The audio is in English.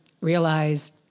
realize